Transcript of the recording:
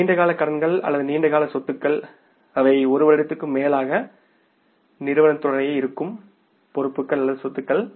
நீண்ட கால கடன்கள் அல்லது நீண்ட கால சொத்துகள் அவை ஒரு வருடத்திற்கும் மேலாக நிறுவனத்துடன் இருக்கும் பொறுப்புகள் அல்லது சொத்துக்கள்